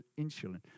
insulin